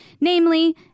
namely